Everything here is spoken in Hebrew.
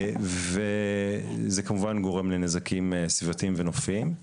וזה כמובן גורם לנזקים סביבתיים ונופים,